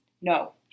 No